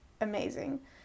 amazing